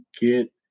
get